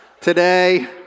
Today